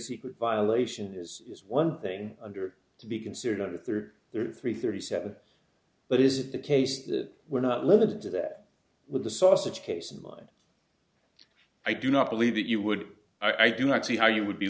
secret violation is is one thing under to be considered a third there are three thirty seven but is it the case that we're not limited to that with the sausage case in mind i do not believe that you would i do not see how you would be